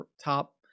top